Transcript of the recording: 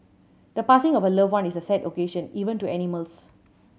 the passing of a loved one is a sad occasion even to animals